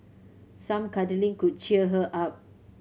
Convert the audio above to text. some cuddling could cheer her up